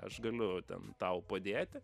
aš galiu ten tau padėti